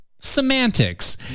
semantics